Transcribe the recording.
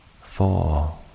Four